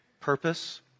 purpose